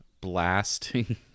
blasting